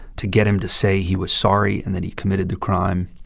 to get him to say he was sorry and that he committed the crime